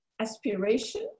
aspiration